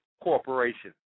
Corporation